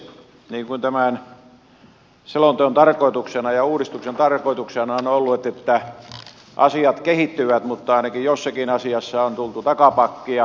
tämän selonteon tarkoituksena ja uudistuksen tarkoituksena on ollut että asiat kehittyvät mutta ainakin jossakin asiassa on tultu takapakkia